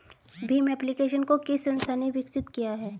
Bhim application को किस संस्था ने विकसित किया है?